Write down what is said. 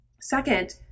Second